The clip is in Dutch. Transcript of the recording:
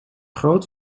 groot